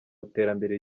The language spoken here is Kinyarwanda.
iterambere